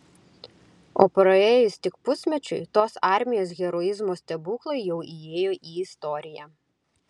o praėjus tik pusmečiui tos armijos heroizmo stebuklai jau įėjo į istoriją